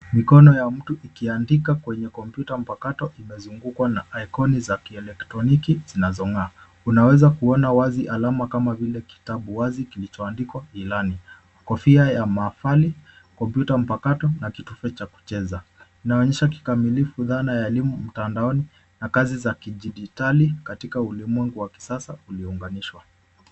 Mikono ya mtu ikiandika kwenye kompyuta mpakato imezungukwa na ikoni za kielektroniki zinazong'aa. Unaweza kuona wazi alama kama vile kitabu wazi kilichoadikwa ilani, kofia ya maafali, kompyuta mpakato na kitufe cha kucheza. Inaonyesha kikamilifu dhana ya elimu mtandaoni na kazi za kidijitali katika ulimwengu wa kisasa uliounganishwa.